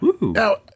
Now